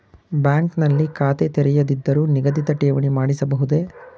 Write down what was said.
Bank ನಲ್ಲಿ ಖಾತೆ ತೆರೆಯದಿದ್ದರೂ ನಿಗದಿತ ಠೇವಣಿ ಮಾಡಿಸಬಹುದೇ?